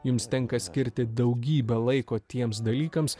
jums tenka skirti daugybę laiko tiems dalykams